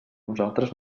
nosaltres